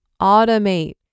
automate